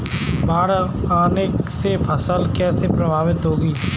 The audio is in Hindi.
बाढ़ आने से फसल कैसे प्रभावित होगी?